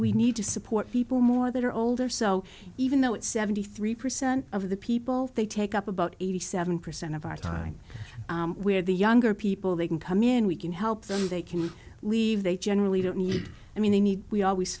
we need to support people more that are older so even though it's seventy three percent of the people they take up about eighty seven percent of our time where the younger people they can come in we can help them they can leave they generally don't need i mean they need we always